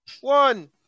one